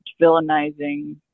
villainizing